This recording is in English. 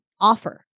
offer